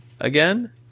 again